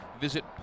Visit